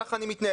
ככה אני מתנהל,